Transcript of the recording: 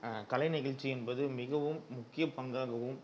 கலை நிகழ்ச்சி என்பது மிகவும் முக்கிய பங்காகவும்